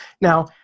Now